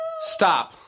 Stop